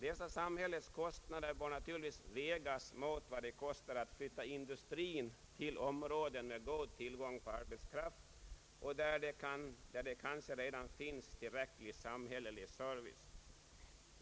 Dessa samhällets kostnader bör naturligtvis vägas mot vad det kostar att flytta industrin till områden med god tillgång på arbetskraft och där det kanske redan finns tillräcklig samhällelig service.